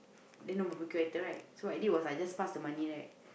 then no barbecue item right so I just pass the money back